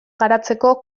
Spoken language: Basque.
garatzeko